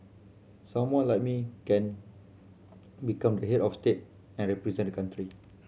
someone like me can become head of state and represent the country